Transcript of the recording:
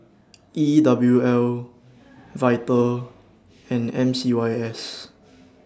E W L Vital and M C Y S